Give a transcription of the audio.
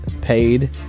paid